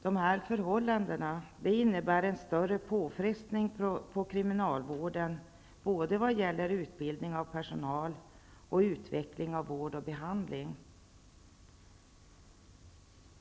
Dagens förhållande innebär en större påfrestning på kriminalvården vad gäller både utbildning av personal och utveckling av vård och behandling.